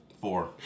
Four